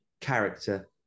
character